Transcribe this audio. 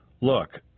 Look